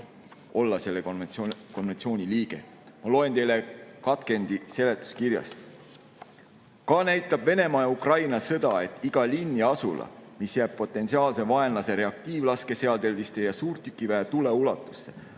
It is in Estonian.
olla selle konventsiooni liige. Ma loen teile ette katkendi seletuskirjast. "Ka näitab Venemaa-Ukraina sõda, et iga linn ja asula, mis jääb potentsiaalse vaenlase reaktiivlaskeseadeldiste ja suurtükiväe tule ulatusse,